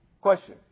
Question